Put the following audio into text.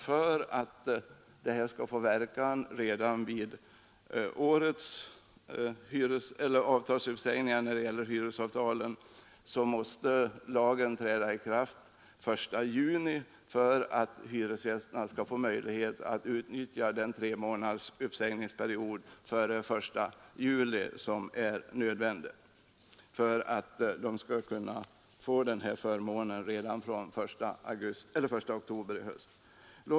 För att reformen skall få verkan redan vid årets uppsägningar av hyresavtalen, måste lagen träda i kraft redan den 1 juni för att hyresgästerna skall få möjlighet att utnyttja den tre månaders uppsägningsperiod som ligger före den 1 juli. Detta är nödvändigt för att hyresgästerna skall kunna tillämpa förmånen redan från den 1 oktober i höst.